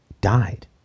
died